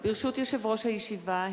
ברשות יושב-ראש הישיבה,